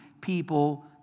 people